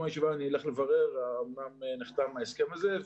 הישיבה אני אלך לברר האמנם נחתם ההסכם הזה,